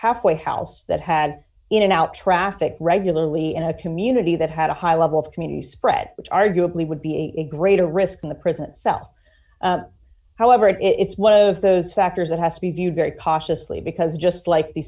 halfway house that had in and out traffic regularly in a community that had a high level of community spread which arguably would be a greater risk in the present self however it's one of those factors that has to be viewed very cautiously because just like the